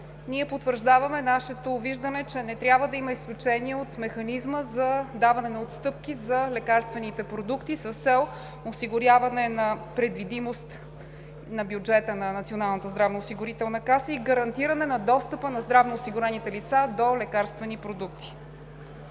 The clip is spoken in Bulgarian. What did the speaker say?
Ние потвърждаваме нашето виждане, че не трябва да има изключения от механизма за даване на отстъпки за лекарствените продукти с цел осигуряване на предвидимост на бюджета на Националната здравноосигурителна каса и гарантиране на достъпа на здравноосигурените лица до лекарствени продукти.